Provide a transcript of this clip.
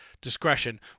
discretion